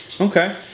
Okay